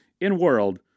in-world